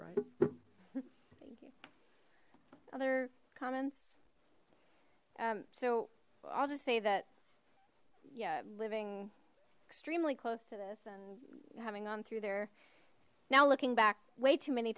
right other comments so i'll just say that yeah living extremely close to this and having gone through there now looking back way too many